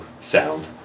sound